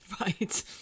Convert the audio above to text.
right